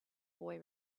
boy